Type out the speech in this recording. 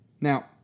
Now